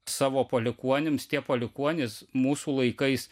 savo palikuonims tie palikuonys mūsų laikais